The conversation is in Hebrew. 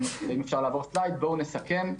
נסכם.